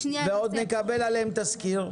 ועוד נקבל עליהם תזכיר?